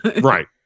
right